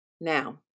Now